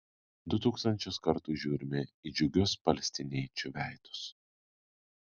du tūkstančius kartų žiūrime į džiugius palestiniečių veidus